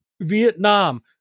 Vietnam